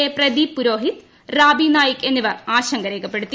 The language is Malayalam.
എ പ്രദീപ് പുരോഹിത് റാബി നായിക് എന്നിവർ ആശങ്ക രേഖപ്പെടുത്തി